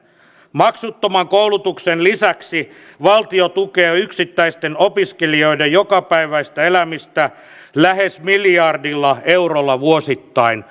maksuttoman koulutuksen lisäksi valtio tukee yksittäisten opiskelijoiden jokapäiväistä elämistä lähes miljardilla eurolla vuosittain